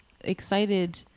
excited